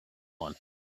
one